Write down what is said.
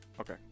okay